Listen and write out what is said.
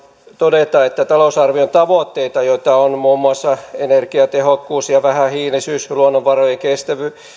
todeta että talousarvion tavoitteita joita ovat muun muassa energiatehokkuus ja vähähiilisyys luonnonvarojen